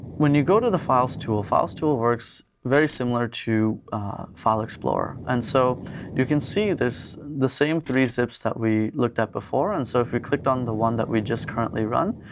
when you go to the files tool, files tool works very similar to file explorer. and so you can see the same three zips that we looked at before. and so if we clicked on the one that we just currently run,